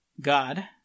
God